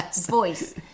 voice